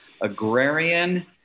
agrarian